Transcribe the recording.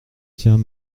tiens